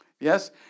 Yes